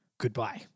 Goodbye